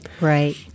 Right